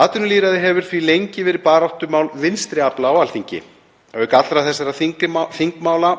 Atvinnulýðræði hefur því lengi verið baráttumál vinstri afla á Alþingi. Auk allra þessara þingmála